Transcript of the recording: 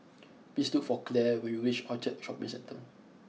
please look for Claire when you reach Orchard Shopping Centre